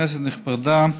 כנסת נכבדה,